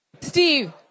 Steve